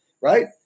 Right